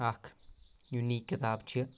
اکھ یوٗنیٖک کِتاب چھِ